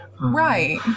right